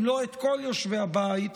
אם לא את כול יושבי הבית,